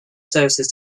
services